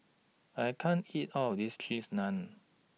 I can't eat All of This Cheese Naan